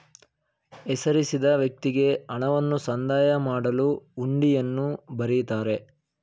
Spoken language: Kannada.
ಹೆಸರಿಸಿದ ವ್ಯಕ್ತಿಗೆ ಹಣವನ್ನು ಸಂದಾಯ ಮಾಡಲು ಹುಂಡಿಯನ್ನು ಬರಿತಾರೆ